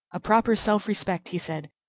a proper self-respect, he said,